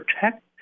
protect